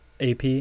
AP